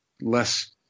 less